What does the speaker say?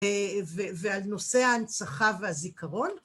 ועל נושא ההנצחה והזיכרון.